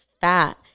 fat